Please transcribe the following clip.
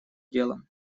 делом